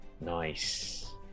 Nice